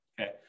Okay